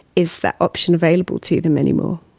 is that option available to them anymore?